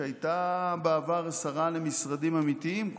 שהייתה בעבר שרה למשרדים אמיתיים,